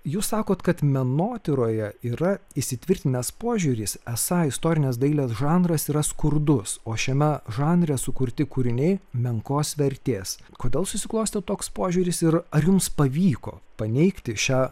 jūs sakot kad menotyroje yra įsitvirtinęs požiūris esą istorinės dailės žanras yra skurdus o šiame žanre sukurti kūriniai menkos vertės kodėl susiklostė toks požiūris ir ar jums pavyko paneigti šią